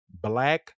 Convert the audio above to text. black